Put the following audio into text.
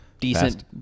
decent